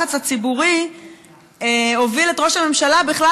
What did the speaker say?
הלחץ הציבורי הוביל את ראש הממשלה בכלל